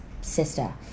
sister